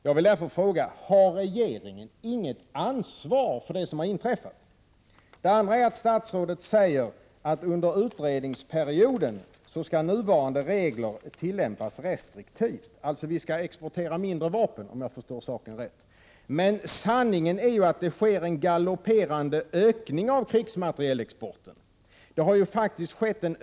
Jag vill därför fråga: Har regeringen inget ansvar för det som har inträffat? Statsrådet säger också att nuvarande regler skall tillämpas restriktivt under utredningsperioden. Vi skall alltså exportera färre vapen, om jag förstår saken rätt. Men sanningen är ju att krigsmaterielexporten ökar i galopperande takt.